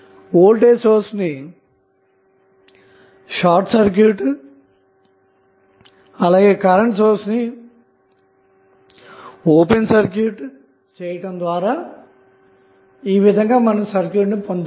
voltage source ను short circuit మరియు current source ను ఓపెన్ సర్క్యూట్ చేయడం ద్వారా ఈ విధంగా సర్క్యూట్ ను పొందుతాము